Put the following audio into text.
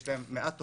יש להם מעט תוכניות,